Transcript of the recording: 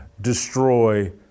destroy